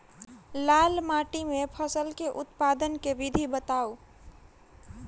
लाल माटि मे फसल केँ उत्पादन केँ विधि बताऊ?